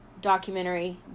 documentary